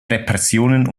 repressionen